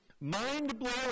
mind-blowing